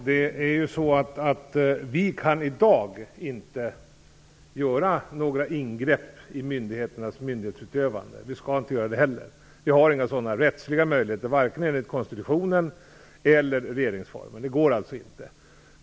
Herr talman! Regeringen kan i dag inte göra några ingrepp i myndigheternas utövande, och vi skall heller inte göra det. Vi har inte några sådana rättsliga möjligheter vare sig enligt konstitutionen eller regeringsformen. Det går alltså inte.